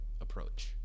approach